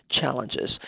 challenges